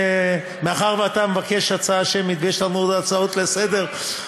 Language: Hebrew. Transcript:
מאחר שאתה מבקש הצבעה שמית ויש לנו עוד הצעות לסדר-היום,